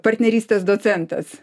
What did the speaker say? partnerystės docentas